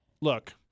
look